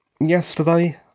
yesterday